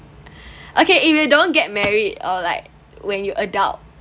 okay if you don't get married or like when you adult